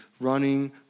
running